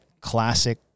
classic